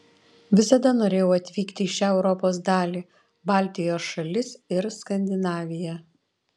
visada norėjau atvykti į šią europos dalį baltijos šalis ir skandinaviją